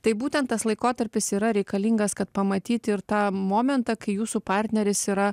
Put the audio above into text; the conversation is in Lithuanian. tai būtent tas laikotarpis yra reikalingas kad pamatyti ir tą momentą kai jūsų partneris yra